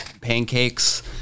pancakes